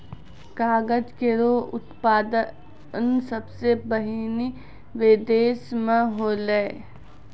कागज केरो उत्पादन सबसें पहिने बिदेस म होलै